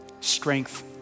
strength